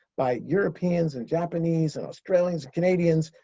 by europeans and japanese and australians, canadians,